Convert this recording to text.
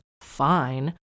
fine